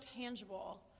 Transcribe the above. tangible